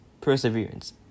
perseverance